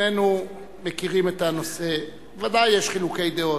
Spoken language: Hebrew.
שנינו מכירים את הנושא, ודאי יש חילוקי דעות.